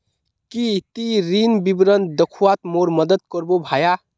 की ती ऋण विवरण दखवात मोर मदद करबो भाया